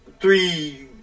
three